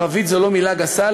ערבית זו לא מילה גסה,